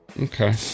Okay